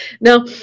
now